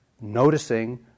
noticing